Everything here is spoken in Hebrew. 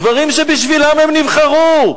דברים שבשבילם הם נבחרו.